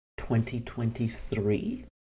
2023